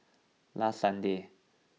last sunday